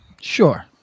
Sure